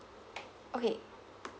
okay